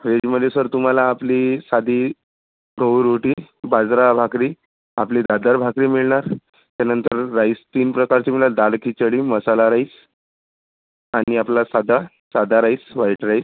व्हेजमध्ये सर तुम्हाला आपली साधी गहू रोटी बाजरा भाकरी आपली दातार भाकरी मिळणार त्यानंतर राईस तीन प्रकारचे मिळणार दाल खिचडी मसाला राईस आणि आपला साधा साधा राईस व्हाईट राईस